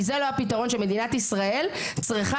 כי זה לא הפתרון שמדינת ישראל צריכה